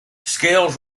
scales